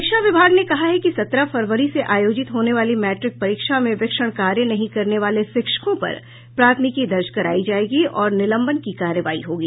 शिक्षा विभाग ने कहा है कि सत्रह फरवरी से आयोजित होने वाली मैट्रिक परीक्षा में वीक्षण कार्य नहीं करने वाले शिक्षकों पर प्राथमिकी दर्ज करायी जायेगी और निलंबन की कार्रवाई होगी